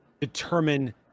determine